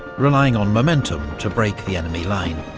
relying on momentum to break the enemy line.